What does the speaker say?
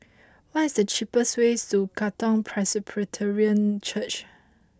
what is the cheapest way to Katong Presbyterian Church